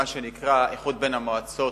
מה שנקרא "איחוד בין המועצות"